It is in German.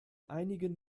einigen